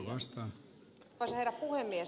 arvoisa herra puhemies